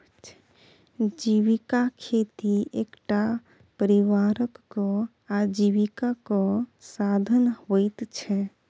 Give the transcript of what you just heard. जीविका खेती एकटा परिवारक आजीविकाक साधन होइत छै